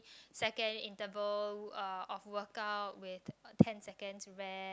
second interval of workup with ten seconds rest